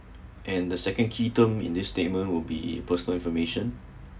and the second key term in this statement would be personal information